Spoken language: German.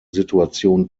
situation